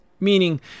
Meaning